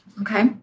okay